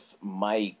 Mike